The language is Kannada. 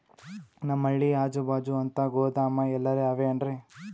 ನಮ್ ಹಳ್ಳಿ ಅಜುಬಾಜು ಅಂತ ಗೋದಾಮ ಎಲ್ಲರೆ ಅವೇನ್ರಿ?